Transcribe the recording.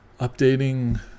updating